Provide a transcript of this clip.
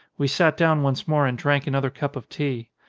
we sat down once more and drank another cup of tea.